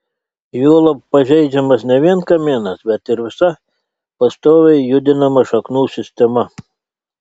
juolab pažeidžiamas ne vien kamienas bet ir visa pastoviai judinama šaknų sistema